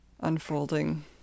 unfolding